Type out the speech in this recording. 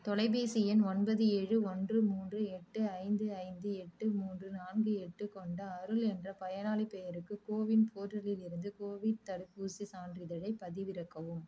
தொலைபேசி எண் ஒன்பது ஏழு ஓன்று மூன்று எட்டு ஐந்து ஐந்து எட்டு மூன்று நான்கு எட்டு கொண்ட அருள் என்ற பயனாளிப் பெயருக்கு கோவின் போர்ட்டலிலிருந்து கோவிட் தடுப்பூசி சான்றிதழைப் பதிவிறக்கவும்